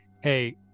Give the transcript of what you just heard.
hey